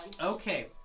Okay